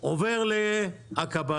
עובר לעקבה.